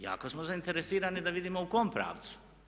Jako smo zainteresirani da vidimo u kom pravcu.